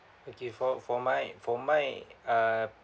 okay for for my for my uh